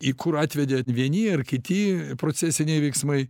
į kur atvedė vieni ar kiti procesiniai veiksmai